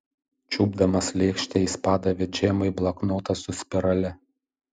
čiupdamas lėkštę jis padavė džemai bloknotą su spirale